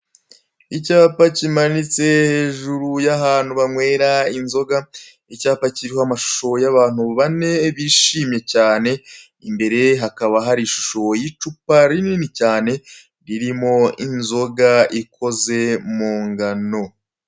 Icyapa kimanitse hejuru y'ahantu banywera inzoga, icyapa kiriho amashusho y'abantu bane bishimye cyane, imbere hakaba hari ishusho y'icupa rinini cyane, ririmo inzoga ikoze mu ingano.